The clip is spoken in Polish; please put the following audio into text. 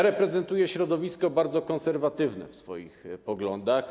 Reprezentuję środowisko bardzo konserwatywne w poglądach.